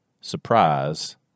surprise